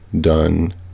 done